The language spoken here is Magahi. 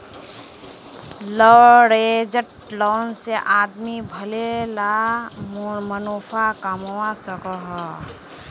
लवरेज्ड लोन से आदमी भले ला मुनाफ़ा कमवा सकोहो